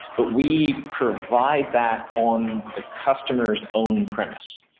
but we provide that on the customer's own premise,